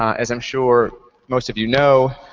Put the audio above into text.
as i'm sure most of you know,